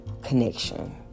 connection